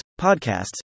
podcasts